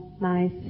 nice